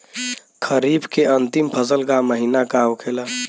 खरीफ के अंतिम फसल का महीना का होखेला?